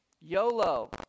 YOLO